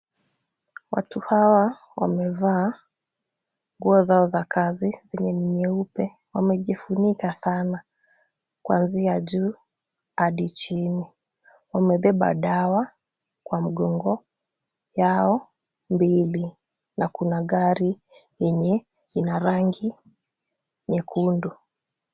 Watu hawa wamevaa nguo zao za kazi zenye ni nyeupe. Wamejifunika sana, kwanzia juu hadi chini. Wamebeba dawa kwa mgogo yao mbili na kuna gari yenye ina rangi nyekundu.